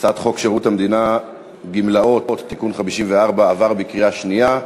הצעת חוק שירות המדינה (גמלאות) (תיקון מס' 54) עברה בקריאה שנייה.